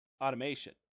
automation